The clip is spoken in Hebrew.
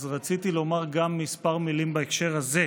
אז רציתי לומר גם כמה מילים בהקשר הזה,